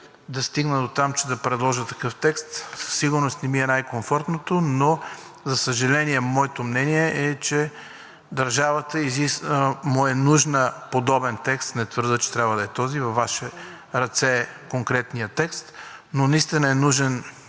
да стигна дотам, че да предложа такъв текст. Със сигурност не ми е най-комфортното, но за съжаление, моето мнение е, че на държавата ѝ е нужен подобен текст. Не твърдя, че трябва да е този – във Ваши ръце е конкретният текст. Но наистина е нужен